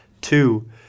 Two